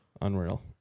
unreal